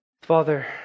Father